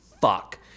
fuck